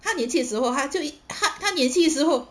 他年轻的时候他最他他年轻的时候